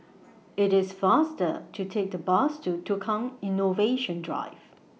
IT IS faster to Take The Bus to Tukang Innovation Drive